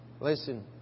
Listen